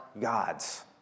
God's